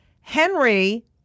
Henry